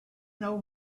know